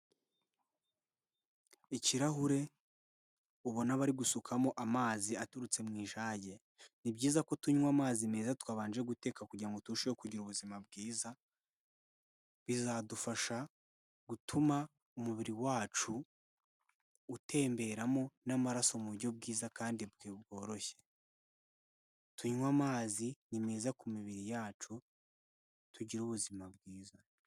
Ikirahure ubona abari gusukamo amazi aturutse mu ijage. Ni byiza ko tunywa amazi meza twabanje guteka kugirango ngo turusheho kugira ubuzima bwiza . Bizadufasha gutuma umubiri wacu utemberamo n'amaraso mu buryo bwiza kandi bworoshye . Tunywe amazi ni meza ku mibiri yacu ,tugira ubuzima bwiza.